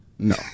No